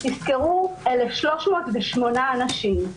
תזכרו, 1,308 אנשים.